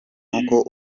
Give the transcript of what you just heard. uko